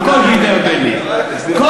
אני אסביר לך.